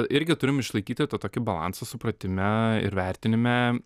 irgi turim išlaikyti tą tokį balansą supratime ir vertinime